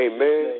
Amen